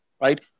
right